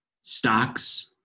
stocks